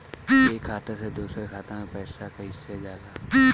एक खाता से दूसर खाता मे पैसा कईसे जाला?